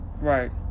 right